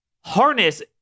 harness